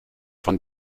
von